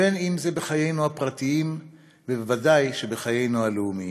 בחיינו הפרטיים ובוודאי בחיינו הלאומיים.